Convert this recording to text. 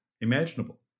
imaginable